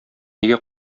нигә